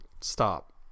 stop